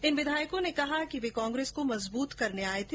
इन विधायकों ने कहा कि वे कांग्रेस को मजबूत करने आये थे